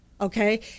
Okay